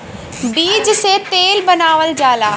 बीज से तेल बनावल जाला